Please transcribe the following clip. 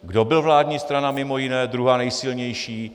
Kdo byl vládní strana mimo jiné, druhá nejsilnější?